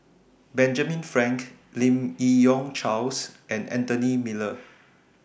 Benjamin Frank Lim Yi Yong Charles and Anthony Miller